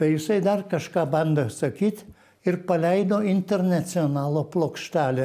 tai jisai dar kažką bandė sakyt ir paleido internacionalo plokštelę